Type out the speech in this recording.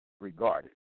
regarded